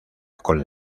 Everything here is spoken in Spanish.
con